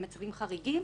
הם מצבים חריגים,